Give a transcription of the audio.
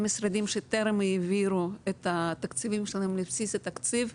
משרדים שטרם העבירו את התקציבים שלהם לבסיס התקציב.